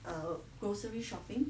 err grocery shopping